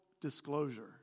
disclosure